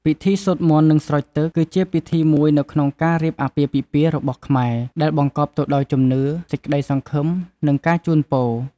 ពិធីសូត្រមន្ត និងស្រោចទឹក គឺជាពិធីមួយនៅក្នុងការរៀបអាពាហ៍ពិពាហ៍របស់ខ្មែរ ដែលបង្កប់ទៅដោយជំនឿ សេចក្តីសង្ឃឹម និងការជូនពរ។